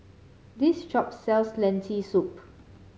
this shop sells Lentil Soup